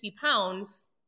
pounds